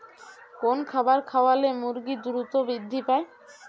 কোন খাবার খাওয়ালে মুরগি দ্রুত বৃদ্ধি পায়?